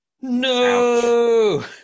No